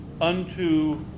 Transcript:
unto